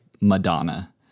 Madonna